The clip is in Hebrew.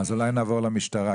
אז אולי נעבור למשטרה,